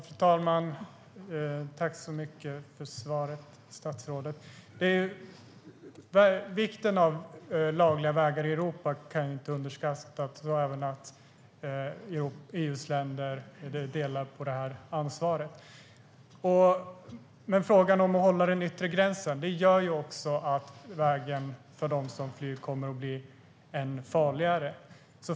Fru talman! Tack så mycket för svaret, statsrådet! Vikten av lagliga vägar i Europa kan inte underskattas och även att EU:s länder delar på ansvaret. Frågan om att hålla den yttre gränsen gör också att vägen för dem som flyr kommer att bli än farligare.